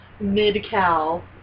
mid-Cal